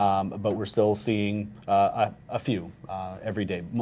um but we're still seeing a ah few every day,